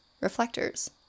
reflectors